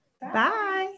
Bye